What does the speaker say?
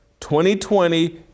2020